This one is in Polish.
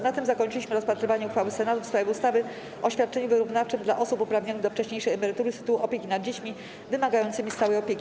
Na tym zakończyliśmy rozpatrywanie uchwały Senatu w sprawie ustawy o świadczeniu wyrównawczym dla osób uprawnionych do wcześniejszej emerytury z tytułu opieki nad dziećmi wymagającymi stałej opieki.